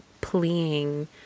pleading